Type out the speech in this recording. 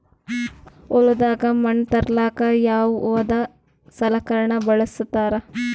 ಹೊಲದಾಗ ಮಣ್ ತರಲಾಕ ಯಾವದ ಸಲಕರಣ ಬಳಸತಾರ?